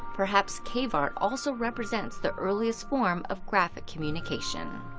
perhaps cave art also represents the earliest form of graphic communication.